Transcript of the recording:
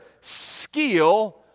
skill